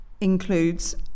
includes